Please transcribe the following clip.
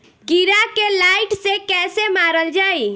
कीड़ा के लाइट से कैसे मारल जाई?